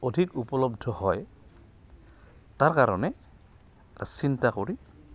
অধিক উপলব্ধ হয় তাৰ কাৰণে চিন্তা কৰি